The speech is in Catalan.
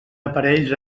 aparells